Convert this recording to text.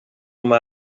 uma